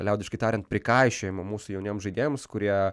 liaudiškai tariant prikaišiojama mūsų jauniem žaidėjams kurie